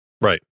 Right